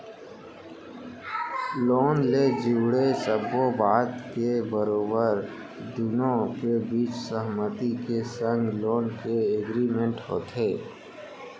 loan ले जुड़े सब्बो बात के बरोबर दुनो के बीच सहमति के संग लोन के एग्रीमेंट होथे